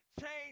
change